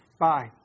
Bye